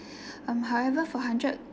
um however for hundred